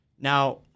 Now